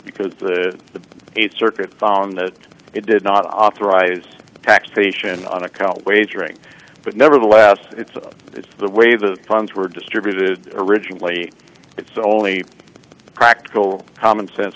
because the th circuit found that it did not authorize taxation on account wagering but nevertheless it's it's the way the funds were distributed originally it's only practical common sense